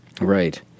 Right